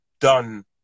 done